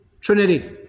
Trinity